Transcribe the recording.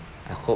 I hope